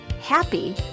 happy